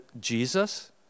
Jesus